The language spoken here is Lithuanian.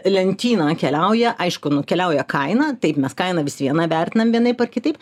lentyną keliauja aišku nukeliauja kaina taip mes kainą vis viena vertinam vienaip ar kitaip